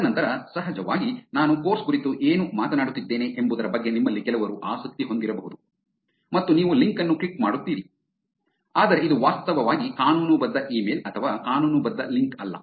ತದನಂತರ ಸಹಜವಾಗಿ ನಾನು ಕೋರ್ಸ್ ಕುರಿತು ಏನು ಮಾತನಾಡುತ್ತಿದ್ದೇನೆ ಎಂಬುದರ ಬಗ್ಗೆ ನಿಮ್ಮಲ್ಲಿ ಕೆಲವರು ಆಸಕ್ತಿ ಹೊಂದಿರಬಹುದು ಮತ್ತು ನೀವು ಲಿಂಕ್ ಅನ್ನು ಕ್ಲಿಕ್ ಮಾಡುತ್ತೀರಿ ಆದರೆ ಇದು ವಾಸ್ತವವಾಗಿ ಕಾನೂನುಬದ್ಧ ಇಮೇಲ್ ಅಥವಾ ಕಾನೂನುಬದ್ಧ ಲಿಂಕ್ ಅಲ್ಲ